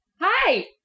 hi